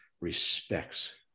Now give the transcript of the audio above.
respects